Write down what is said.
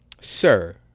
Sir